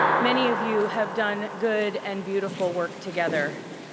many of you have done good and beautiful work together.